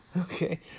Okay